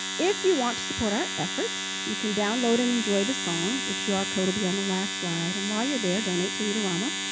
if you want to support our efforts, you can download and enjoy the songs. the qr code will be on the last slide and while you're there donate to read-a-rama.